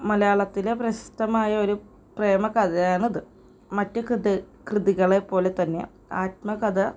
മലയാളത്തിലെ പ്രശസ്തമായ ഒരു പ്രേമ കഥയാണ് ഇത് അത് മറ്റ് കൃതികൾ കൃതികളെ പോലെ തന്നെ ആത്മ കഥ